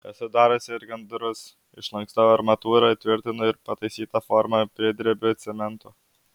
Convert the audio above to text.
esu dariusi ir gandrus išlankstau armatūrą įtvirtinu ir pataisytą formą pridrebiu cemento